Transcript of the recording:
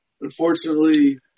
Unfortunately